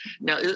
Now